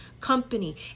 company